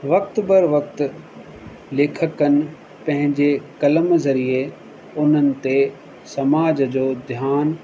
वक़्ति दर वक़्ति लेखकनि पंहिंजे क़लम ज़रिए उन्हनि ते समाज जो ध्यानु